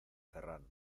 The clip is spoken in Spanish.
ferran